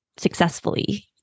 successfully